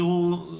וגיים